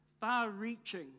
far-reaching